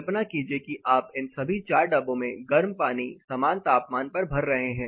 कल्पना कीजिए कि आप इन सभी 4डब्बों में गर्म पानी समान तापमान पर भर रहे हैं